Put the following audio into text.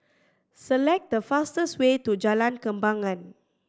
select the fastest way to Jalan Kembangan